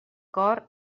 cor